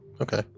okay